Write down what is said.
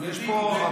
יש פה,